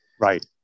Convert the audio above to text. right